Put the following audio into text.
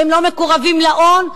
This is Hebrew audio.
הם לא מקורבים להון,